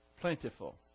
plentiful